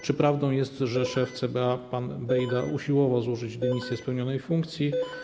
Czy prawdą jest, że szef CBA pan Bejda usiłował złożyć dymisję z pełnionej funkcji?